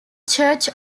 church